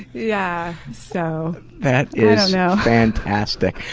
yeah so that is you know fantastic.